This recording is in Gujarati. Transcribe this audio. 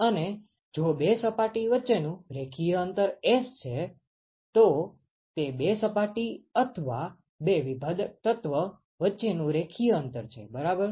અને જો બે સપાટી વચ્ચેનું રેખીય અંતર S છે તો તે બે સપાટી અથવા બે વિભેદક તત્વ વચ્ચેનું રેખીય અંતર છે બરાબર